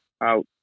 out